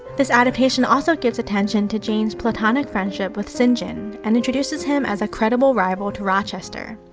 this adaptation also gives attention to jane's platonic friendship with st. john and and introduces him as a credible rival to rochester.